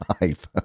life